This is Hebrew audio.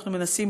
אנחנו מנסים,